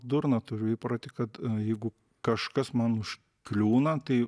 durną turiu įprotį kad jeigu kažkas man už kliūna tai